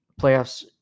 playoffs